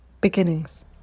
Beginnings